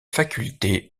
faculté